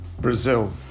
Brazil